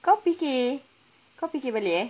kau fikir kau fikir balik eh